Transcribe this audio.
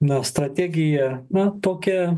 na strategija na tokia